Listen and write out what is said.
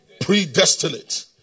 Predestinate